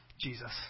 Jesus